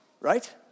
Right